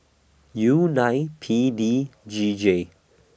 U nine P D G J